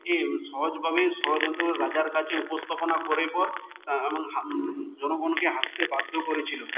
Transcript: এ সহজ ভাবে ষড়যন্ত্রগুলো রাজার কাছে উপস্থাপনা করে পর জনগণকে হাসতে বাধ্য করেছিলো